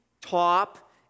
top